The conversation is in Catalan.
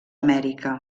amèrica